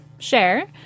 share